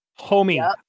Homie